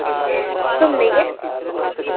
ᱚᱠᱚᱭᱮᱢ ᱞᱟᱹᱭᱮᱫᱼᱟ